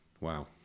Wow